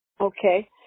Okay